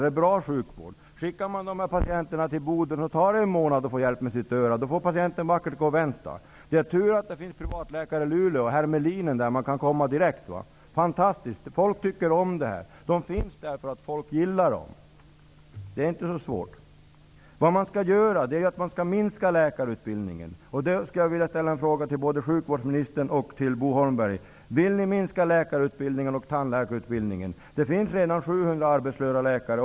Är det bra sjukvård? Om patienter skall skickas till Boden tar det en månad innan de får hjälp med sina öron. Patienterna får vackert gå och vänta. Det är tur att det finns privatläkare i Luleå. Det går att komma direkt till läkarna där. Fantastiskt! Folk tycker om det. Läkarna finns där för att folk gillar dem. Det är inte så svårt. Vad som skall göras är att minska antalet studerande på läkarutbildningen. Jag vill ställa en fråga till både sjukvårdsministern och Bo Holmberg. Vill ni minska antalet studerande på läkar och tandläkarutbildningarna? Det finns redan 700 arbetslösa läkare.